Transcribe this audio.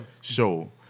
show